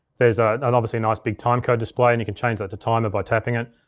there's an obviously, a nice, big timecode display and you can change that to timer by tapping it.